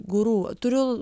guru turiu